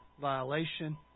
violation